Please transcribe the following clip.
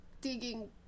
digging